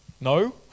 no